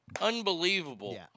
Unbelievable